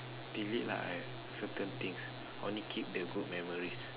delete lah certain things only keep the good memories